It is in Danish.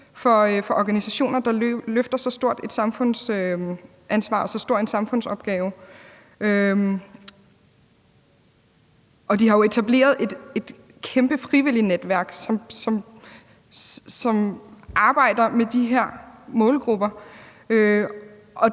for organisationer, der løfter så stort et samfundsansvar og så stor en samfundsopgave? De har jo etableret et kæmpe frivillignetværk, som arbejder med de her målgrupper.